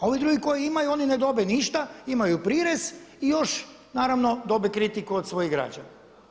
A ovi drugi koji imaju oni ne dobe ništa, imaju prirez i još naravno dobe kritiku od svojih građana.